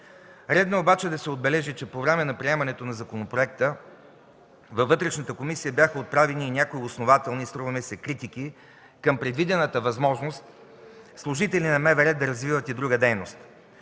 Редно е обаче да се отбележи, че по време на приемането на законопроекта във Вътрешната комисия бяха отправени и някои основателни, струва ми се, критики към предвидената възможност служители на МВР да развиват и друга дейност.